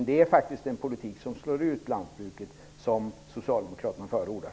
Det är faktiskt en politik som slår ut lantbruket som Socialdemokraterna förordar.